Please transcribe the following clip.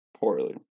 Poorly